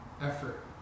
effort